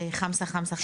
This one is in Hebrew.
זה חמסה חמסה חמסה.